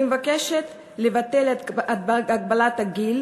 אני מבקשת לבטל את הגבלת הגיל